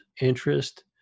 interest